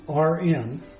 RN